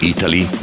Italy